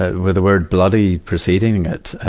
with the word bloody proceeding it.